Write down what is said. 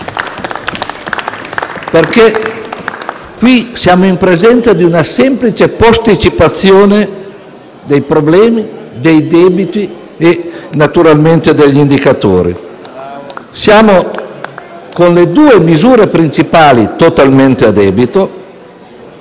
Siamo infatti in presenza di una semplice posticipazione dei problemi, dei debiti e naturalmente degli indicatori. Siamo con le due misure principali totalmente a debito,